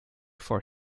for